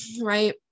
Right